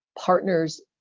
Partners